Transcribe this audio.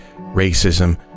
racism